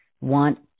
want